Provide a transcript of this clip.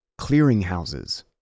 Clearinghouses